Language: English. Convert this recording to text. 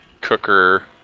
cooker